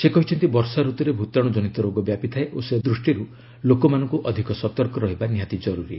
ସେ କହିଛନ୍ତି ବର୍ଷା ରତ୍ନରେ ଭୂତାଣୁ ଜନିତ ରୋଗ ବ୍ୟାପିଥାଏ ଓ ସେ ଦୃଷ୍ଟିରୁ ଲୋକମାନଙ୍କୁ ଅଧିକ ସତର୍କ ରହିବା ନିହାତି ଜରୁରୀ